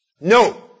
No